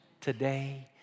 today